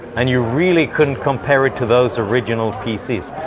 and you really couldn't compare it to those original pcs,